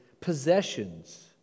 possessions